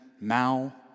Mao